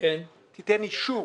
תיתן אישור